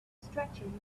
stretching